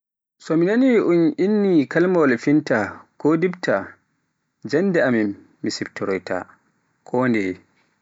So mi naani un inna kalimawaal finta, ko difta janngirde amin mi siftoroyta kondeye.